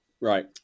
Right